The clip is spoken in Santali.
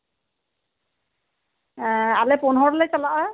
ᱮᱸ ᱟᱞᱮ ᱯᱩᱱ ᱦᱚᱲ ᱞᱮ ᱪᱟᱞᱟᱜᱼᱟ